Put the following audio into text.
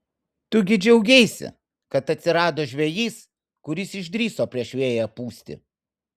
tu gi džiaugeisi kad atsirado žvejys kuris išdrįso prieš vėją pūsti